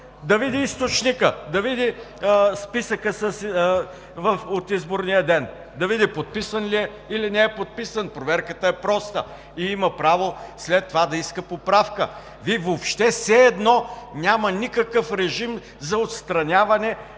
да види източника – да види списъка от изборния ден, да види подписан ли е, или не е подписан. Проверката е проста. И има право след това да иска поправка. Въобще все едно няма никакъв режим за отстраняване